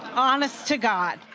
honest to god,